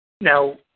Now